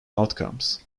outcomes